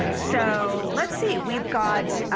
so let's see. we've got